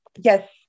yes